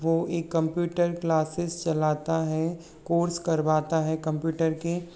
वो एक computer classes चलाता है कोर्स करवाता है कंप्यूटर के